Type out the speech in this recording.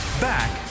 Back